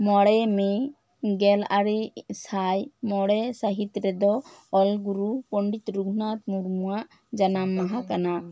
ᱢᱚᱬᱮ ᱢᱮ ᱜᱮᱞ ᱟᱨᱮ ᱮ ᱥᱟᱭ ᱢᱚᱬᱮ ᱥᱟᱹᱦᱤᱛ ᱨᱮᱫᱚ ᱚᱞ ᱜᱩᱨᱩ ᱯᱚᱱᱰᱤᱛ ᱨᱟᱹᱜᱷᱩᱱᱟᱛᱷ ᱢᱩᱨᱢᱩᱣᱟᱜ ᱡᱟᱱᱟᱢ ᱢᱟᱦᱟ ᱠᱟᱱᱟ